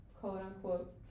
quote-unquote